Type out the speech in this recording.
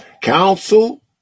Counsel